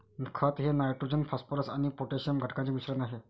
खत हे nitrogen phosphorus आणि पोटॅशियम घटकांचे मिश्रण आहे